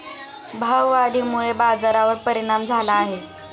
भाववाढीमुळे बाजारावर परिणाम झाला आहे